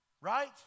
Right